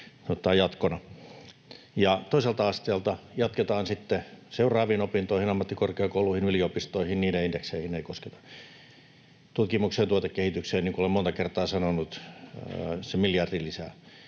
Toiselta asteelta jatketaan sitten seuraaviin opintoihin, ammattikorkeakouluihin ja yliopistoihin, ja niiden indekseihin ei kosketa. Tutkimukseen ja tuotekehitykseen, niin kuin olen monta kertaa sanonut, se miljardi lisää.